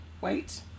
wait